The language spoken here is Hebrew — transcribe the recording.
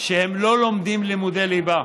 שהם לא לומדים לימודי ליבה.